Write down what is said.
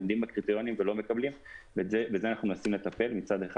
עומדים בקריטריונים ולא מקבלים ובזה אנחנו מנסים לטפל מצד אחד.